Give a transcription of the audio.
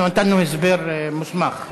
אנחנו נתנו הסבר מוסמך.